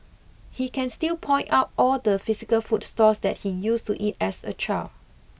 he can still point out all the physical food stalls that he used to eat at as a child